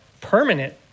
permanent